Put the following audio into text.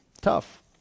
tough